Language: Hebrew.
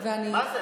מה זה?